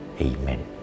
Amen